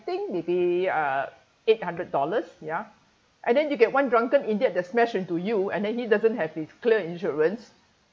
think maybe uh eight hundred dollars ya and then you get one drunken idiot that smash into you and then he doesn't have his clear insurance